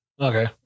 Okay